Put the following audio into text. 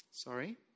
Sorry